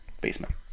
basement